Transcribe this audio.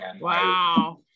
Wow